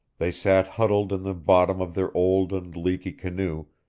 they sat huddled in the bottom of their old and leaky canoe,